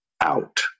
out